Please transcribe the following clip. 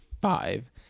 five